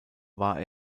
war